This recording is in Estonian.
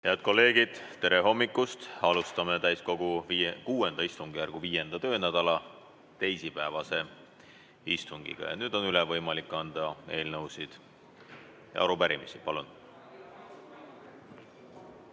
Head kolleegid, tere hommikust! Alustame täiskogu VI istungjärgu 5. töönädala teisipäevast istungit. Nüüd on võimalik üle anda eelnõusid ja arupärimisi. Palun!